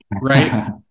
right